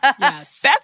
Yes